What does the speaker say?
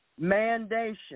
Mandation